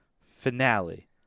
finale